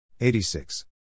86